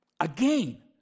again